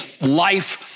life